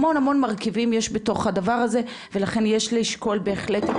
המון המון מרכיבים יש בתוך הדבר הזה ולכן יש לשקול בהחלט,